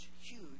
huge